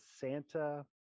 santa